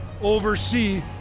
oversee